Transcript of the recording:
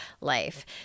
life